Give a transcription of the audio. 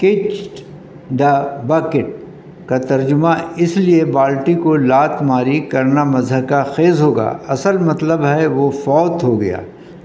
cooked the bucket کا ترجمہ اس لیے بالٹی کو لات ماری کرنا مضحکہ خیز ہوگا اصل مطلب ہے وہ فوت ہو گیا